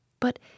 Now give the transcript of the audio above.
But